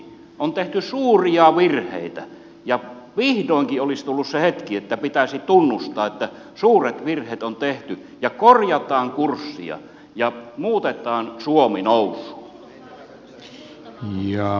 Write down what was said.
on tehty suuria virheitä ja vihdoinkin olisi tullut se hetki että pitäisi tunnustaa että suuret virheet on tehty ja korjataan kurssia ja muutetaan suomi nousuun